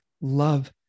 Love